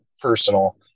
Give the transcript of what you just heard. personal